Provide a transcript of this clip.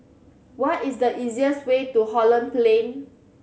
what is the easiest way to Holland Plain